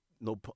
No